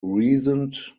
reasoned